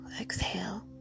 Exhale